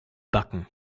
backen